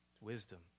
wisdom